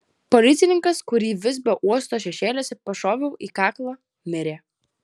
policininkas kurį visbio uosto šešėliuose pašoviau į kaklą mirė